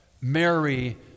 Mary